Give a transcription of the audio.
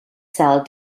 cell